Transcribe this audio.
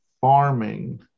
farming